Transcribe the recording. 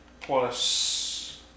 plus